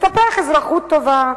לטפח אזרחות טובה,